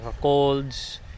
colds